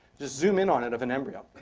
just zoom in on it of an embryo.